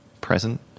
present